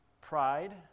Pride